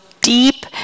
deep